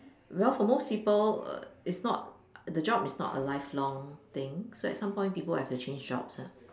well for most people err is not the job is not a lifelong thing so at some point people have to change jobs lah